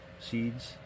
seeds